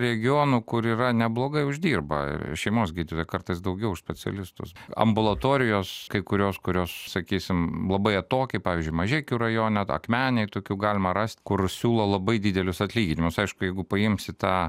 regionų kur yra neblogai uždirba šeimos gydytojai kartais daugiau specialistus ambulatorijos kai kurios kurios sakysim labai atokiai pavyzdžiui mažeikių rajone akmenėj tokių galima rast kur siūlo labai didelius atlyginimus aišku jeigu paimsi tą